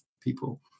people